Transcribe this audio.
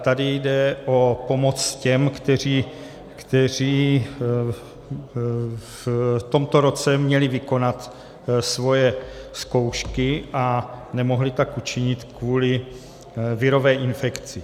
Tady jde o pomoc těm, kteří v tomto roce měli vykonat svoje zkoušky a nemohli tak učinit kvůli virové infekci.